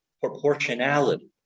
proportionality